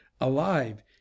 alive